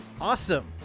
Awesome